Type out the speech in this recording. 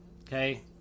Okay